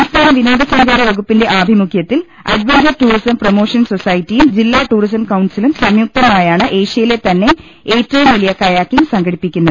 സംസ്ഥാനു വിനോദ സഞ്ചാര വകുപ്പിന്റെ ആഭിമുഖ്യത്തിൽ അഡ്വഞ്ചർ ടൂറിസം പ്രൊമോഷൻ സൊസൈറ്റിയും ജില്ലാ ടൂറിസം കൌൺസിലും സംയുക്തമായാണ് ഏഷ്യയിലേ തന്നെ ഏറ്റവും വലിയ കയാക്കിങ്ങ് സംഘടിപ്പിക്കുന്നത്